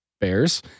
bears